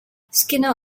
skinner